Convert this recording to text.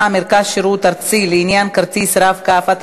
(מרכז שירות ארצי לעניין כרטיס "רב-קו"),